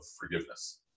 forgiveness